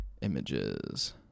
Images